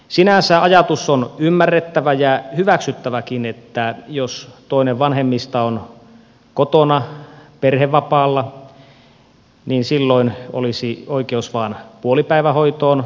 sinänsä on ymmärrettävä ja hyväksyttäväkin ajatus että jos toinen vanhemmista on kotona perhevapaalla niin silloin lapsilla olisi oikeus vain puolipäivähoitoon